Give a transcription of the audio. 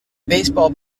baseball